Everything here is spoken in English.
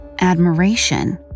admiration